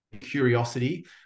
curiosity